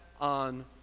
on